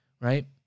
right